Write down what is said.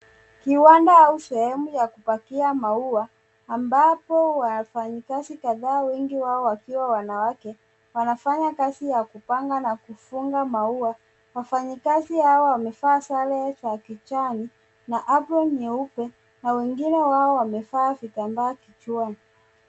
Kiwanda au sehemu ya kupakia maua ambapo wafanyikazi wengi wao wakiwa wanawake wanafanya kazi ya kupanga na kufunga maua. Wafanyikazi hao wamevaa sare za kijani na Apron nyeupe na wengi wao wamevaa vitambaa kichwani.